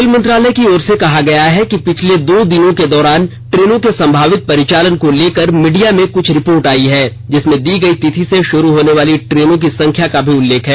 rail मंत्रालय की ओर से कहा गया है कि पिछले दो दिनों के दौरान ट्रेनों के संभावित परिचालन को लेकर मीडिया में कुछ रिपोर्ट आयी है जिसमें दी गई तिथि से शुरू होने वाली ट्रेनों की संख्या का भी उल्लेख हैं